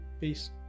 Peace